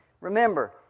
Remember